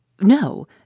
No